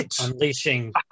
unleashing